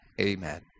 Amen